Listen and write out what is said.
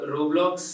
Roblox